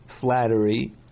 flattery